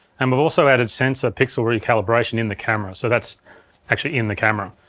and we've also added sensor pixel recalibration in the camera, so that's actually in the camera.